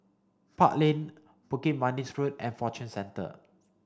Park Lane Bukit Manis Road and Fortune Centre